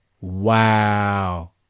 Wow